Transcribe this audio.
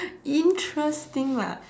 interesting lah